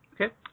Okay